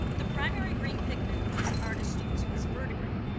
the primary green pigment these artists use, was verdigris.